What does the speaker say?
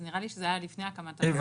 נראה לי שזה היה לפני הקמת הממשלה הנוכחית.